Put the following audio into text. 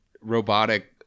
robotic